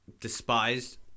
despised